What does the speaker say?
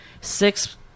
Six